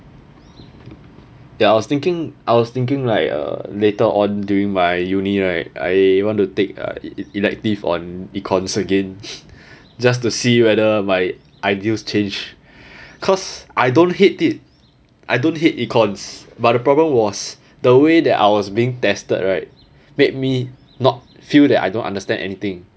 ya I was thinking I was thinking like uh later on during my uni right I want to take a elective on econs again just to see whether my ideals change cause I don't hate it I don't hate econs but the problem was the way that I was being tested right made me not feel that I don't understand anything